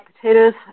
potatoes